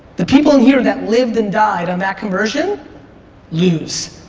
the people here that lived and died on that conversion lose.